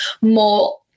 more